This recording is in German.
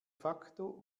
facto